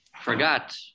forgot